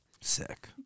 Sick